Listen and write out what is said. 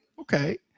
Okay